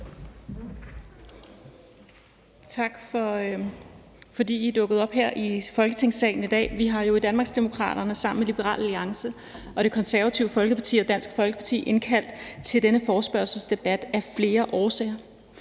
Tak for, at I er dukket op her i Folketingssalen i dag. Vi har i Danmarksdemokraterne sammen med Liberal Alliance, Det Konservative Folkeparti og Dansk Folkeparti indkaldt til denne forespørgselsdebat af flere årsager.